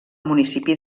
municipi